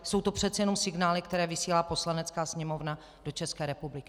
Jsou to přece jenom signály, které vysílá Poslanecká sněmovna do České republiky.